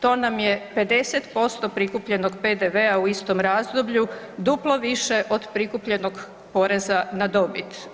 To nam je 50% prikupljenog PDV-a u istom razdoblju, duplo više od prikupljenog poreza na dobit.